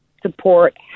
support